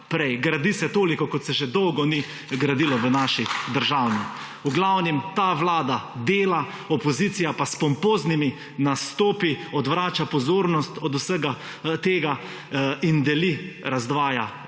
Gradi se toliko, kot se že dolgo ni v naši državi. V glavnem ta vlada dela, opozicija pa s pompoznimi nastopi odvrača pozornost od vsega tega in deli, razdvaja ljudi.